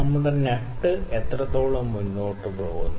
നമ്മുടെ നട്ട് എത്രത്തോളം മുന്നോട്ട് പോകുന്നു